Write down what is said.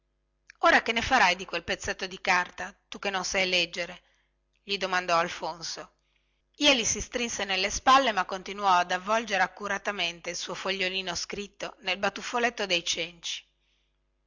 ora che ne farai di quel pezzetto di carta tu che non sai leggere gli domandò alfonso jeli si strinse nelle spalle ma continuò ad avvolgere accuratamente il suo fogliolino scritto nel batuffoletto dei cenci